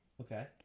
Okay